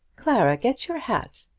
clara, get your hat.